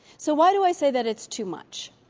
so, why do i say that it's too much?